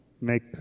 make